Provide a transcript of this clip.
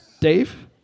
Dave